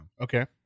Okay